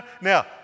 Now